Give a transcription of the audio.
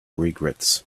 regrets